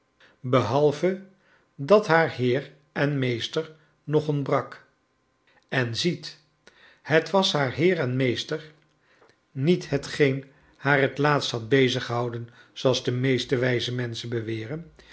behave dat haar heer en rneester nog ontbrak en ziet het was haar heer en rneester niet hetgeen haar het laatst had beziggehouden zooals de meeste wijze menchen beweren